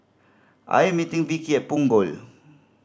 I am meeting Vickie at Punggol